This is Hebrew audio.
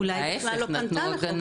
אולי היא בכלל לא פנתה לחוק המגבלות.